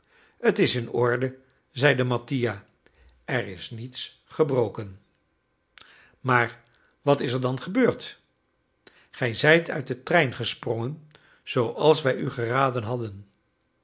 t is in orde zeide mattia er is niets gebroken maar wat is er dan gebeurd gij zijt uit den trein gesprongen zooals wij u geraden hadden